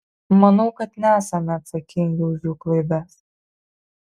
manau kad nesame atsakingi už jų klaidas